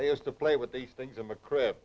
i used to play with they think i'm a crip